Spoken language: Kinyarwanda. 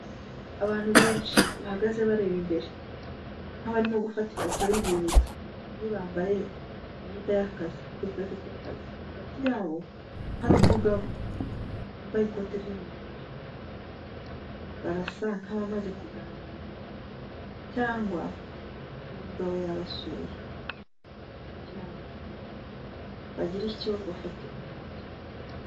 Abantu benshi bahagaze bareba imbere, nk'abarimo gufata ifoto y'urwibutso, bamwe bambaye imyenda y'akazi n'dukote tw'akazi, hagati yabo hari umugabo wambaye ikote ry'umukara, barasa nk'abamaze kuganira cyangwa uwo mugabo yabasuye, kugira ngo bagire icyo bafatira umwanzuro.